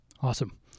Awesome